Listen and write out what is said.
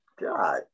God